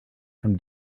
from